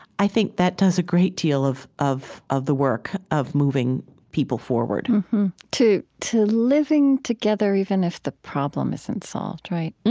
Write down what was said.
i think that does a great deal of of the work of moving people forward to to living together even if the problem isn't solved, right?